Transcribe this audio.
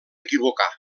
equivocar